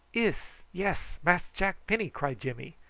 iss, yes, mass jack penny, cried jimmy,